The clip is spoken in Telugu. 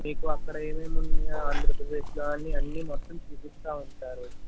మీకు అక్కడ ఏమేమి ఉన్నాయో ఆంధ్రప్రదేశ్లో అని అన్నీ మొత్తం చూపిస్తూ ఉంటారు